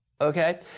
okay